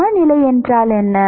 சமநிலை என்ன